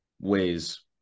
ways